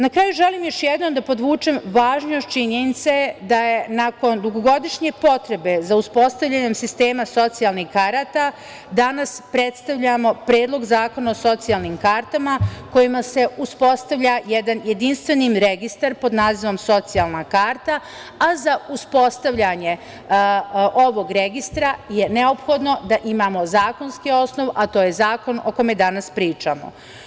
Na kraju, želim još jednom da podvučem važnost činjenice da nakon dugogodišnje potrebe za uspostavljanjem sistema socijalnih karata danas predstavljamo Predlog zakona o socijalnim kartama kojima se uspostavlja jedan jedinstveni registar pod nazivom Socijalna karta, a za uspostavljanje ovog registra je neophodno da imamo zakonski osnov, a to je zakon o kome danas pričamo.